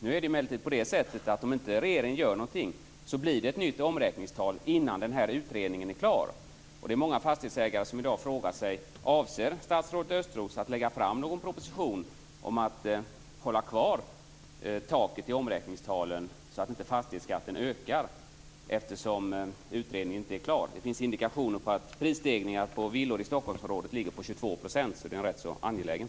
Nu är det emellertid så, att om inte regeringen gör någonting så blir det ett nytt omräkningstal innan utredningen är klar. Många fastighetsägare frågar sig i dag: Avser statsrådet Östros att lägga fram någon proposition om att ha kvar taket för omräkningstalen så att inte fastighetsskatten ökar, eftersom utredningen inte är klar? Det finns indikationer på att prisstegringen på villor i Stockholmsområdet ligger på 22 %, så frågan är rätt angelägen.